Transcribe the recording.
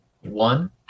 One